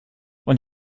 und